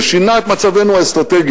זה שינה את מצבנו האסטרטגי.